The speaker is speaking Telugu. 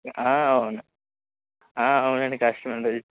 అవును అవునండి కష్టమేను అండి